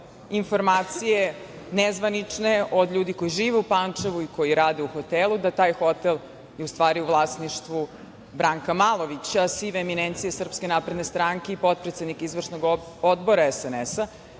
informacije nezvanične od ljudi koji žive u Pančevu i koji rade u hotelu, da taj hotel je u stvari u vlasništvu Branka Malovića, sive eminencije SNS i potpredsednik izvršnog odbora SNS.Na